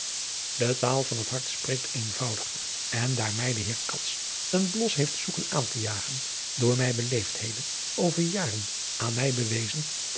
de taal van het hart spreekt eenvoudiger en daar mij de heer cats een blos heeft zoeken aan te jagen door mij beleefdheden over jaren aan mij bewezen